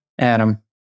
Adam